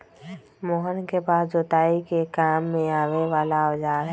मोहन के पास जोताई के काम में आवे वाला औजार हई